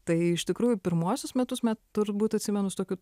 tai iš tikrųjų pirmuosius metus met turbūt atsimenu su tokiu